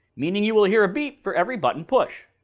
meaning you will hear a beep for every button push.